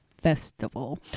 Festival